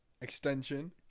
extension